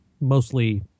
Mostly